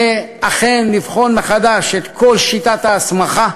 היא לבחון מחדש את כל שיטת ההסמכה,